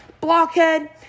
Blockhead